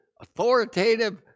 authoritative